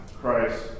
Christ